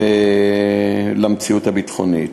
המציאות הביטחונית.